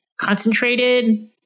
concentrated